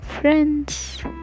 friends